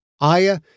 Aya